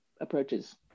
approaches